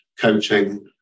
coaching